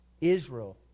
Israel